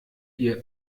ihr